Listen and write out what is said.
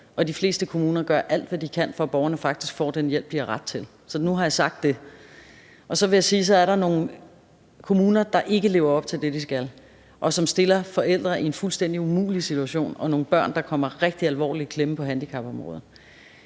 de fleste kommuner gør alt, hvad de kan, for at borgerne faktisk får den hjælp, de har ret til. Så nu har jeg sagt det. Og så vil jeg sige, at der er nogle kommuner, der ikke lever op til det, de skal, og som stiller forældre i en fuldstændig umulig situation og gør, at nogle børn kommer rigtig alvorligt i klemme på handicapområdet.